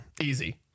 Easy